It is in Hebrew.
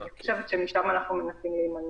אני חושבת שמשם אנחנו מנסים להימנע.